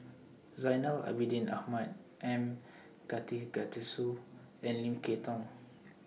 Zainal Abidin Ahmad M and Lim Kay Tong